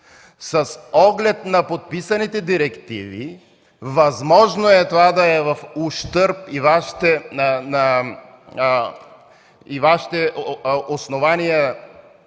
С оглед на подписаните директиви възможно е това да е в ущърб и Вашите основания